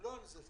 לא על זה.